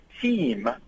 team